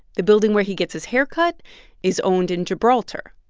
the building where he gets his hair cut is owned in gibraltar.